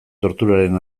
torturaren